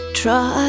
try